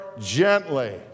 gently